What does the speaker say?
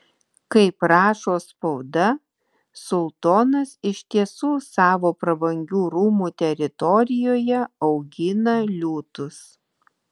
kaip rašo spauda sultonas iš tiesų savo prabangių rūmų teritorijoje augina liūtus